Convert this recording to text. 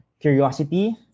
curiosity